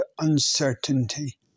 uncertainty